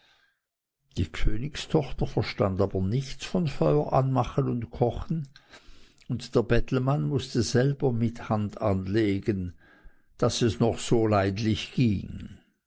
die königstochter verstand aber nichts vom feueranmachen und kochen und der bettelmann mußte selber mit hand anlegen daß es noch so leidlich ging